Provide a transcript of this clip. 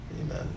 Amen